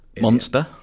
Monster